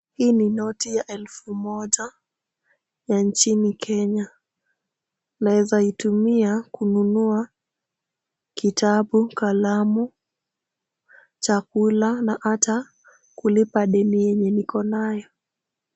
Hili ni noti ya elfu moja ya nchini Kenya. Naeza Itumia kununua kitabu, kalamu, chakula na hata kulipa deni yenye niko nayo.